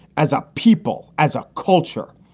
as a people, as a culture,